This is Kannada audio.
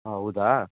ಹೌದಾ